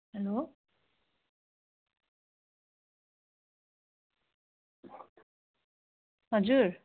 hello हजुर